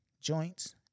joints